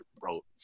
wrote